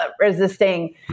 resisting